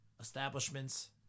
Establishments